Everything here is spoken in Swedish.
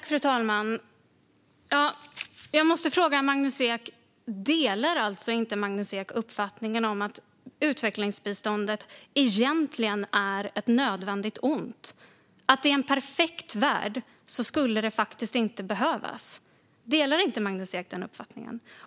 Fru talman! Delar inte Magnus Ek uppfattningen att utvecklingsbiståndet egentligen är ett nödvändigt ont och att det i en perfekt värld inte skulle behövas?